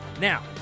Now